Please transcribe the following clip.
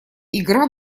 игра